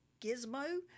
gizmo